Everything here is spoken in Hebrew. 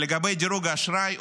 לגבי דירוג האשראי,